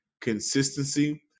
consistency